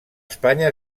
espanya